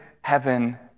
heaven